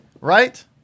right